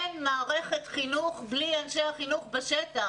אין מערכת חינוך בלי אנשי החינוך בשטח.